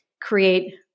create